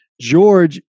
George